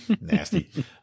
Nasty